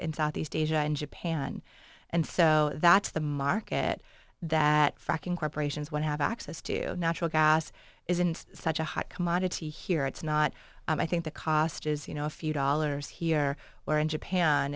southeast asia and japan and so that's the market that fracking corporations would have access to natural gas isn't such a hot commodity here it's not i think the cost is you know a few dollars here or in japan